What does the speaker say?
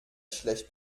schlecht